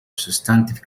substantive